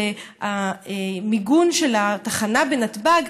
של המיגון של התחנה בנתב"ג.